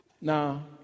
Now